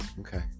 okay